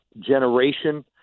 generation